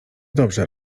dobrze